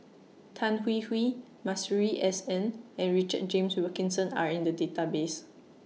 Tan Hwee Hwee Masuri S N and Richard James Wilkinson Are in The Database